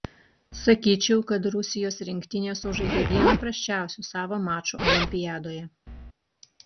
sakyčiau kad rusijos rinktinė sužaidė vieną prasčiausių savo mačų olimpiadoje